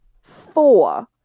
four